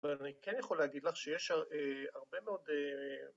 ‫אבל אני כן יכול להגיד לך ‫שיש הרבה מאוד...